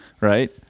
right